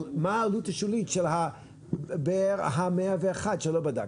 אבל מה העלות השולית של הבאר ה-101, שלא בדקתם?